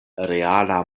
reala